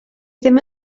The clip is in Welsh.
ddim